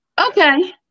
Okay